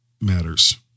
matters